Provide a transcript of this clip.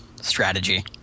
strategy